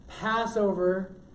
Passover